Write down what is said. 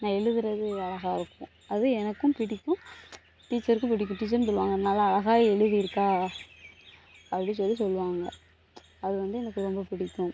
நான் எழுதுகிறது அழகாருக்கும் அது எனக்கும் பிடிக்கும் டீச்சருக்கு பிடிக்கும் டீச்சரும் சொல்லுவாங்க நல்லா அழகா எழுதியிருக்கா அப்படி சொல்லி சொல்லுவாங்க அது வந்து எனக்கு ரொம்ப பிடிக்கும்